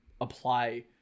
apply